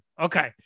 Okay